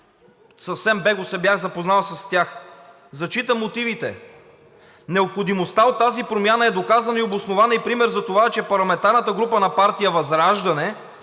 съвсем бегло се бях запознал с тях. Зачитам мотивите: „Необходимостта от тази промяна е доказана и обоснована и пример за това, че парламентарната група на партия ВЪЗРАЖДАНЕ